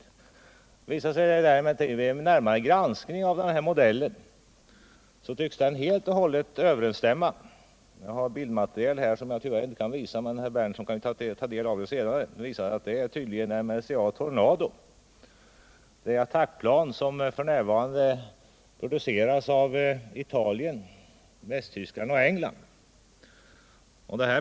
Det visar sig vid en närmare granskning av denna modell att den helt och hållet tycks överensstämma med — jag har här bildmaterial som jag tyvärr inte kan visa, men herr Berndtson kan ju ta del av det senare — MRCA Tornado, det attackplan som för närvarande produceras av Italien, Västtyskland och England.